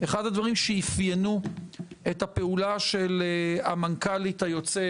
אחד הדברים שאפיינו את הפעולה של המנכ"לית היוצאת